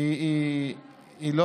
היא לא